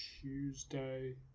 Tuesday